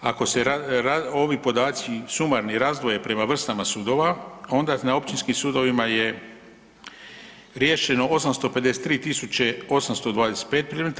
Ako se ovi podaci sumarni razdvoje prema vrstama sudova, onda na općinskim sudovima je riješeno 853 tisuće 825 predmeta.